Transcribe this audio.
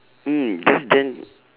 mm that's then